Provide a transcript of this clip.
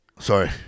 sorry